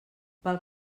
pel